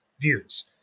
views